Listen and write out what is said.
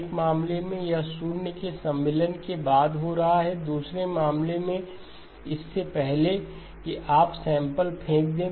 एक मामले में यह शून्य के सम्मिलन के बाद हो रहा है दूसरे मामलों में इससे पहले कि आप सैंपल फेंक दें